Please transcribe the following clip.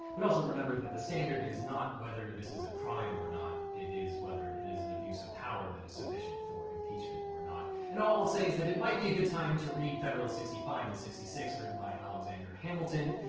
but also remember that the standard is not whether this is a crime or not, it is whether it is an abuse of power that is sufficient for impeachment or not, and all i'll say is that it might be a good time to read federal sixty five and sixty six written by alexander hamilton,